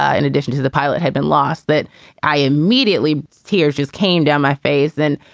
ah in addition to the pilot, had been lost. that i immediately tears just came down my face then.